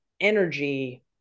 energy